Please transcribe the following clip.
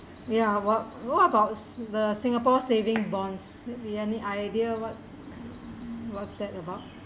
ya what what about s~ the singapore saving bonds you have any idea what's what's that about